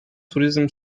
turizm